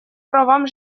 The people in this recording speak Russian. правам